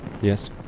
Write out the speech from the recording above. Yes